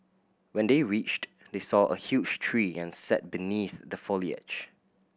when they reached they saw a huge tree and sat beneath the foliage